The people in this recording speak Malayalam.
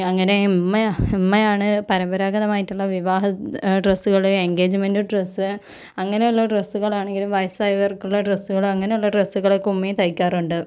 അങ്ങനെ ഉമ്മയാ ഉമ്മയാണ് പരമ്പരാഗതമായിട്ടുള്ള വിവാഹ ഡ്രസ്സുകള് എൻഗേജ്മെൻറ് ഡ്രസ്സ് അങ്ങനെയുള്ള ഡ്രസ്സുകളാണെങ്കിലും വയസ്സായവർക്കുള്ള ഡ്രസ്സുകള് അങ്ങനെയുള്ള ഡ്രസ്സുകളൊക്കെ ഉമ്മയും തയ്ക്കാറുണ്ട്